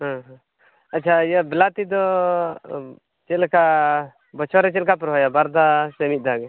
ᱦᱮᱸ ᱟᱪᱪᱷᱟ ᱤᱭᱟᱹ ᱵᱮᱞᱟᱛᱤ ᱫᱚ ᱪᱮᱫ ᱞᱮᱠᱟ ᱵᱚᱪᱷᱚᱨ ᱨᱮ ᱪᱮᱫ ᱞᱮᱠᱟᱯᱮ ᱨᱚᱦᱚᱭᱟ ᱵᱟᱨ ᱫᱷᱟᱣ ᱥᱮ ᱢᱤᱫ ᱫᱷᱟᱣ ᱜᱮ